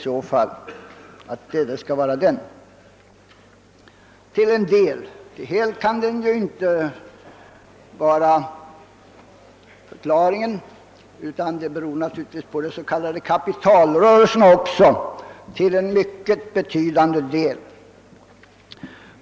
Men hela förklaringen kan det naturligtvis inte vara, utan de s.k. kapitalrörelserna spelar också in till en betydande del.